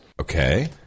Okay